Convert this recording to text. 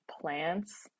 plants